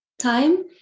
time